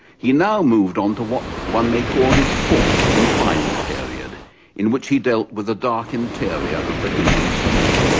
he now moved on to what one may call his fourth and final period in which he dealt with the dark interior of the human soul.